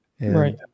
Right